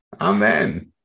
Amen